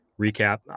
recap